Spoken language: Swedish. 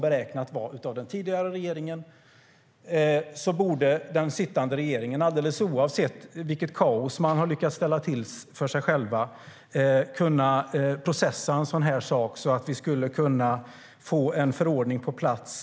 Den sittande regeringen borde, oavsett det kaos man har lyckats ställa till för sig själv, kunna processa en sådan här sak så att vi får en förordning på plats.